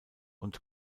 und